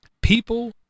People